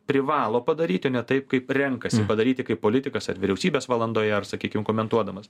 privalo padaryti o ne taip kaip renkasi padaryti kaip politikas ar vyriausybės valandoje ar sakykim komentuodamas